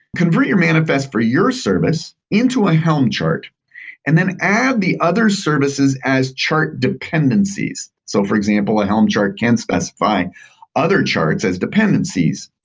convert your manifest for your service into a helm chart and then add the other services as chart dependencies. so for example, a helm chart can specify other charts as dependencies.